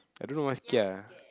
I don't know what's Kia